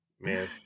man